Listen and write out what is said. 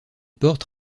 porte